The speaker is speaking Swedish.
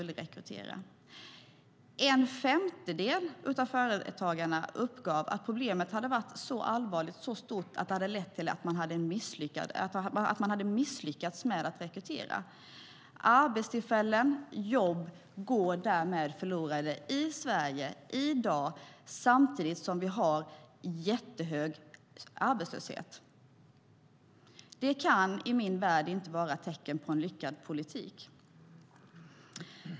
En femtedel av företagarna uppgav att problemet hade varit så allvarligt och så stort att det hade lett till att de hade misslyckats med att rekrytera. Arbetstillfällen, jobb, går därmed förlorade i Sverige i dag, samtidigt som vi har en jättehög arbetslöshet. Det kan i min värld inte vara tecken på en lyckad politik.